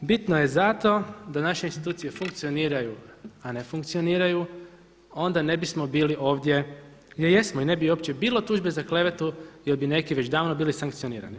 Bitno je zato da naše institucije funkcioniraju, a ne funkcioniraju, onda ne bismo bili ovdje gdje jesmo i ne bi uopće bilo tužbe za klevetu jer bi neki već davno sankcionirani.